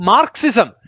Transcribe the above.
Marxism